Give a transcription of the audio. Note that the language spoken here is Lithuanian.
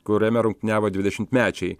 kuriame rungtyniavo dvidešimtmečiai